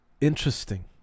interesting